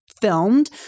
filmed